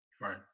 Right